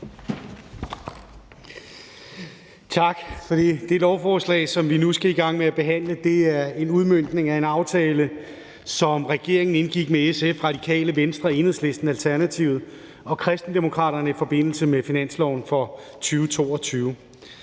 det. Det lovforslag, som vi nu skal i gang med at behandle, er en udmøntning af en aftale, som regeringen indgik med SF, Radikale Venstre, Enhedslisten, Alternativet og Kristendemokraterne i forbindelse med finansloven for 2022.